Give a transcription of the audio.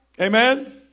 Amen